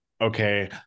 okay